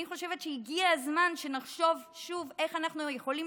אני חושבת שהגיע הזמן שנחשוב שוב איך אנחנו יכולים